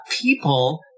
people